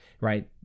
right